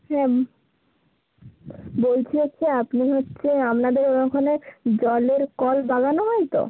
হ্যাঁ বলছি হচ্ছে আপনি হচ্ছে আপনাদের ওখানে জলের কল লাগানো হয় তো